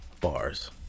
Bars